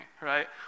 right